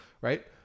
right